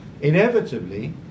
inevitably